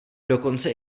dokonce